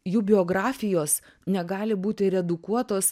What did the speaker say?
jų biografijos negali būti redukuotos